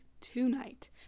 tonight